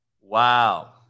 Wow